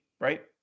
right